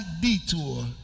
detour